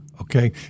okay